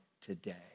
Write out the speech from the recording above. today